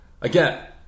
Again